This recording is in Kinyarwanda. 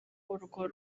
urwo